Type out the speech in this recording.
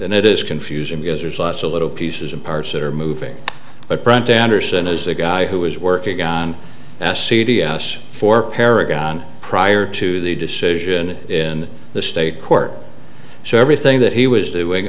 and it is confusing because there's lots of little pieces and parts that are moving but brant anderson is the guy who was working on c d s for paragon prior to the decision in the state court so everything that he was doing